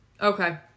Okay